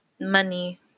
money